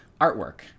artwork